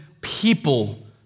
people